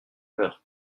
peur